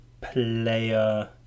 player